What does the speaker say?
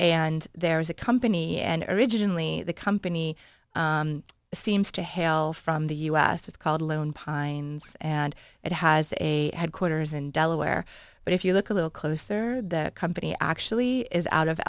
and there is a company and originally the company seems to hail from the u s it's called lone pines and it has a headquarters in delaware but if you look a little closer the company actually is out of